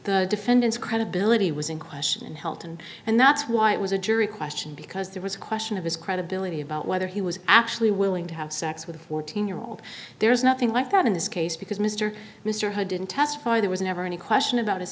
the defendants credibility was in question helton and that's why it was a jury question because there was a question of his credibility about whether he was actually willing to have sex with a fourteen year old there's nothing like that in this case because mr mr hyde didn't testify there was never any question about his